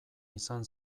izan